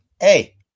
hey